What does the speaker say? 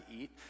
eat